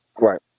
Right